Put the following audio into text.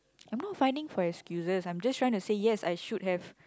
I'm not finding for excuses I'm just saying yes I should have